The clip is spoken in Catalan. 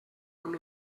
amb